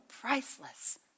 priceless